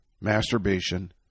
masturbation